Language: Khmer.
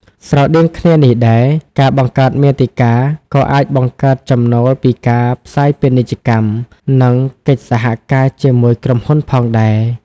ស្រដៀងគ្នានេះដែរ ការបង្កើតមាតិកា ក៏អាចបង្កើតចំណូលពីការផ្សាយពាណិជ្ជកម្ម និងកិច្ចសហការជាមួយក្រុមហ៊ុនផងដែរ។